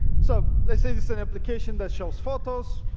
so let's say it's an application that shows photos,